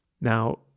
Now